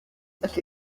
that